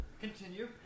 Continue